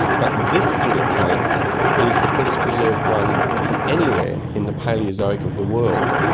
but this coelacanth is the best preserved one from anywhere in the palaeozoic of the world.